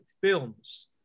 films